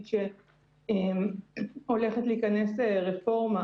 הולכת להיכנס רפורמה